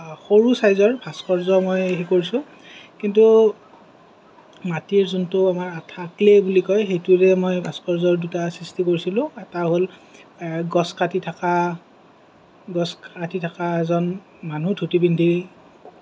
সৰু চাইজৰ ভাস্কৰ্য্য় মই হেৰি কৰিছোঁ কিন্তু মাটিৰ যোনটো আমাৰ বুলি কয় সেইটোৰে মই ভাস্কৰ্য্য়ৰ দুটা সৃষ্টি কৰিছিলোঁ এটা হ'ল গছ কাটি থকা গছ কাটি থকা এজন মানুহ ধূতি পিন্ধি